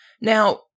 Now